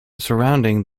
surrounding